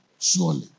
surely